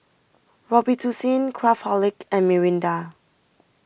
Robitussin Craftholic and Mirinda